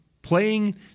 Playing